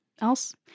else